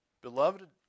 Beloved